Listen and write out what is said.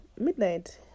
midnight